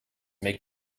make